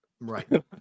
Right